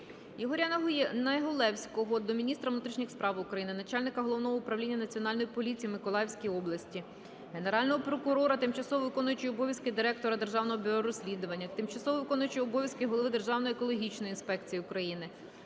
Ігоря Негулевського до міністра внутрішніх справ України, начальника Головного управління Національної поліції в Миколаївській області, Генерального прокурора, тимчасово виконуючої обов'язки Директора Державного бюро розслідувань, тимчасово виконуючого обов'язки Голови Державної екологічної інспекції України,